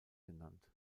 genannt